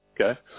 Okay